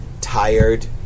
tired